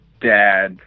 dad